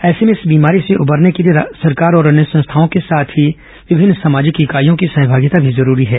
ऐसे में इस बीमारी से उबरने के लिए सरकार और अन्य संस्थाओं के साथ ही विभिन्न सामाजिक इकाइयों की सहमागिता भी जरूरी है